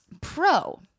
pro